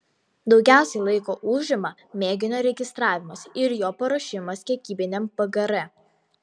daugiausiai laiko užima mėginio registravimas ir jo paruošimas kiekybiniam pgr